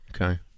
Okay